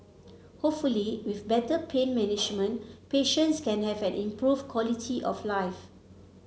hopefully with better pain management patients can have an improved quality of life